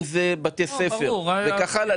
אם זה בתי ספר וכך הלאה,